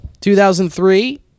2003